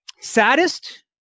saddest